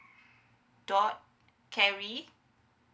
dot carey